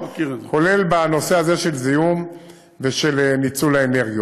כולל בנושא הזה של זיהום ושל ניצול האנרגיות.